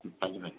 ꯎꯝ ꯐꯅꯤ ꯐꯅꯤ